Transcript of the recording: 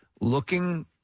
looking